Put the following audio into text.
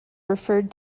referred